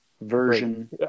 version